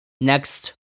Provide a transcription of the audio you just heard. next